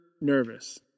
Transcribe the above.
nervous